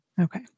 Okay